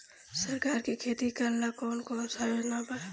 सरकार के खेती करेला कौन कौनसा योजना बा?